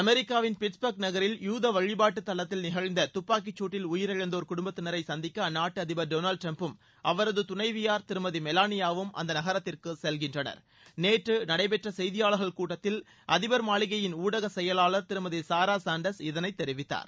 அமெரிக்காவின் பிட்ஸ்பர்க் நகரில் யூத வழிபாட்டுத்தலத்தில் நிகழ்ந்த துப்பாக்கி சூட்டில் உயிரிழந்தோர் குடும்பத்தினரை சந்திக்க அந்நாட்டு அதிபர் டொளால்டு டிரம்ப்பும் அவரது துணைவியார் திருமதி மெலானியாவும் அந்த நகரத்திற்கு செல்கின்றனர் நேற்று நடைபெற்ற தினப்படி செய்தியாளர்கள் கூட்டத்தில் அதிபர் மாளிகையின் ஊடக செயலாளர் திருமதி சாரா சாண்டர்ஸ் இதனைத் தெரிவித்தார்